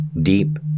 Deep